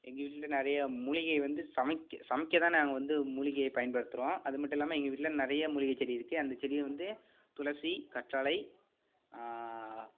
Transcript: எங்கள் வீட்டில் நிறையா மூலிகை வந்து சமைக்க சமைக்கதான் நாங்கள் வந்து மூலிகைய பயன்படுத்துறோம் அது மட்டும் இல்லாமல் எங்கள் வீட்டில் நிறைய மூலிகைச்செடி இருக்குது அந்த செடியை வந்து துளசி கற்றாழை